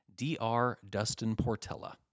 drdustinportella